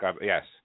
Yes